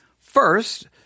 First